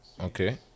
okay